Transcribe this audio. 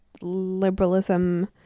liberalism